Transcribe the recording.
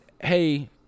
hey